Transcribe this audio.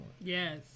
Yes